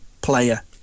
player